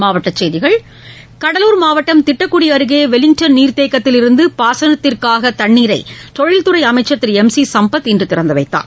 மாவட்ட செய்திகள் கடலூர் மாவட்டம் திட்டக்குடி அருகே வெலிங்டன் நீர்த்தேக்கத்தில் இருந்து பாசனத்திற்காக தண்ணீரை தொழில்துறை அமைச்சர் திரு எம் சி சம்பத் இன்று திறந்து வைத்தார்